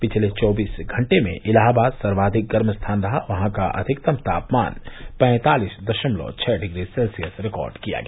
पिछले चौबीस घंटे में इलाहाबाद सर्वाधिक गर्म स्थान रहा वहां का अधिकतम तापमान पैंतालिस दशमलव छः डिग्री सेल्सियस रिकार्ड किया गया